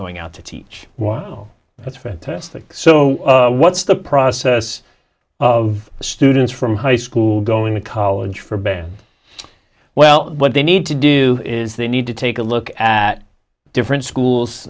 going out to teach well that's fantastic so what's the process of students from high school going to college for bed well what they need to do is they need to take a look at different schools